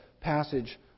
passage